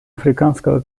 африканского